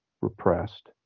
repressed